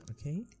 Okay